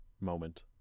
moment